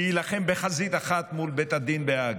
להילחם בחזית אחת מול בית הדין בהאג,